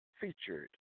Featured